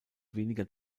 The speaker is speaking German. weniger